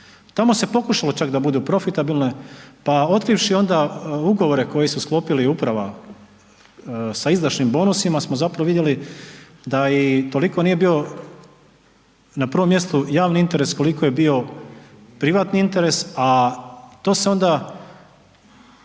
tamo se pokušalo čak da budu profitabilne pa otkrivši onda ugovore koje su sklopili uprava sa izdašnim bonusima smo zapravo vidjeli da i toliko nije bio na prvom mjestu javni interes koliko je bio privatni interes, a to se onda